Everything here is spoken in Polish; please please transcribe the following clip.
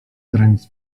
granic